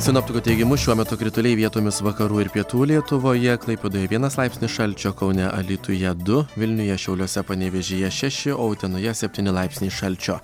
sinoptikų teigimu šiuo metu krituliai vietomis vakarų ir pietų lietuvoje klaipėdoje vienas laipsnis šalčio kaune alytuje du vilniuje šiauliuose panevėžyje šeši o utenoje septyni laipsniai šalčio